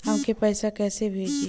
हमके पैसा कइसे भेजी?